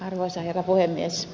arvoisa herra puhemies